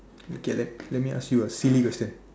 okay let let me ask you a silly question